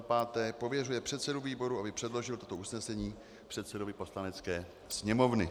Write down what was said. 5. pověřuje předsedu výboru, aby předložil toto usnesení předsedovi Poslanecké sněmovny.